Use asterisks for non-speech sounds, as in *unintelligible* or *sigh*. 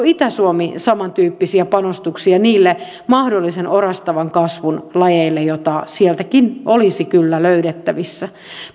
*unintelligible* itä suomi samantyyppisiä panostuksia niille mahdollisen orastavan kasvun lajeille joita sieltäkin olisi kyllä löydettävissä